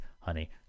Honey